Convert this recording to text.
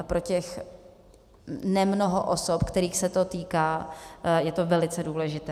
Pro těch nemnoho osob, kterých se to týká, je to velice důležité.